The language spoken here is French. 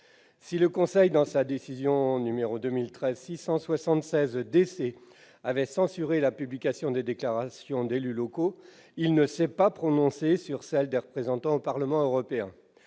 constitutionnel, dans sa décision n° 2013-676-DC, avait censuré la publication des déclarations d'élus locaux, il ne s'est pas prononcé sur la publication de celles des représentants au Parlement européen.